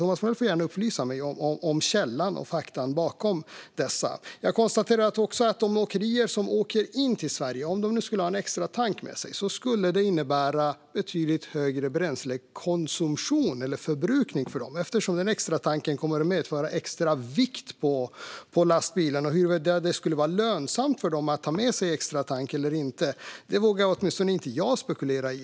Thomas Morell får gärna upplysa mig om både källa och fakta bakom dessa uppgifter. Jag konstaterar också att om de åkerier som åker in i Sverige skulle ha med sig en extra tank skulle det innebära betydligt högre bränsleförbrukning för dem, eftersom extratanken kommer att medföra extra vikt för lastbilen. Huruvida det skulle vara lönsamt för dem att ta med sig en extratank eller inte vågar åtminstone inte jag spekulera i.